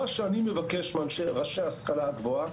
אני מבקש מראשי ההשכלה הגבוהה